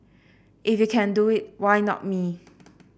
if you can do it why not me